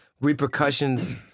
repercussions